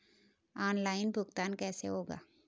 Online भुगतान कैसे होगा?